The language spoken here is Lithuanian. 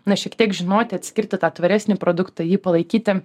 na šiek tiek žinoti atskirti tą tvaresnį produktą jį palaikyti